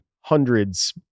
hundreds